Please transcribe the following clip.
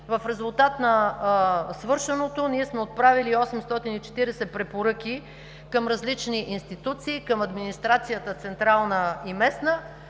В резултат на свършеното ние сме отправили 840 препоръки към различни институции, към администрацията – централна и местна.